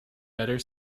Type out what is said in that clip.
better